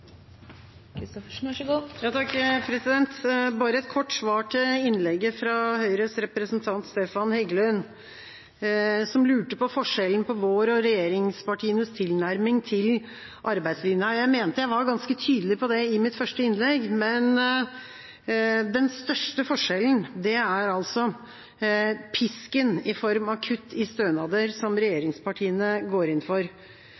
Bare et kort svar til innlegget fra Høyres representant, Stefan Heggelund, som lurte på hva som var forskjellen på vår og regjeringspartienes tilnærming til arbeidslinja. Jeg mener jeg var ganske tydelig på det i mitt første innlegg, men den største forskjellen er pisken, i form av kutt i stønader, som regjeringspartiene går inn for.